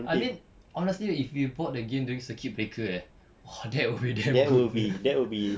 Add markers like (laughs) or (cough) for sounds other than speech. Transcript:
I mean honestly if we've bought the game during circuit breaker eh !whoa! that would be damn good (laughs)